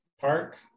Park